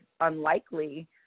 unlikely